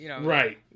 Right